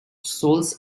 souls